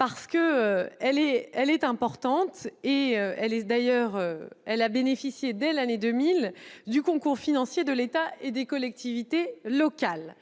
La plateforme est importante, en effet, et a bénéficié dès l'année 2000 du concours financier de l'État et des collectivités locales.